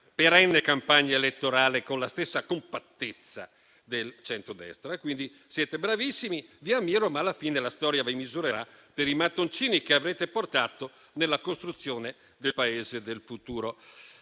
perenne campagna elettorale con la stessa compattezza del centrodestra. Quindi siete bravissimi, vi ammiro, ma alla fine la storia vi misurerà per i mattoncini che avrete portato nella costruzione del Paese del futuro.